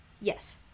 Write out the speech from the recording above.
yes